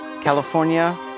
California